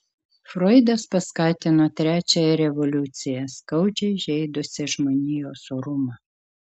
froidas paskatino trečiąją revoliuciją skaudžiai žeidusią žmonijos orumą